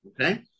Okay